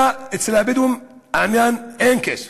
אבל לבדואים אין כסף?